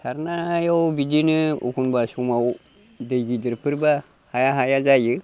सारनायाव बिदिनो एखनब्ला समाव दै गिदिरफोरब्ला हाया हाया जायो